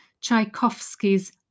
Tchaikovsky's